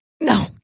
No